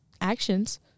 actions